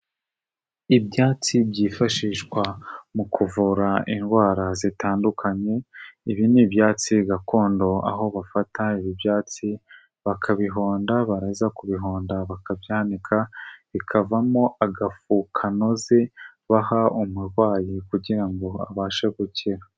Ibyatsi byifashishwa mu kuvura indwara zitandukanye ibi n'ibyatsi gakondo aho bafata ibi ibyatsi bakabihonda baraza ku bihonda bakabika bikavamo agafukanoze baha umurwayi kugira ngo abashe gukira.